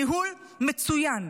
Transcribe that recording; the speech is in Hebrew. ניהול מצוין.